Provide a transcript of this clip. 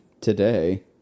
today